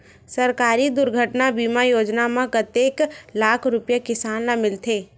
सहकारी दुर्घटना बीमा योजना म कतेक लाख रुपिया किसान ल मिलथे?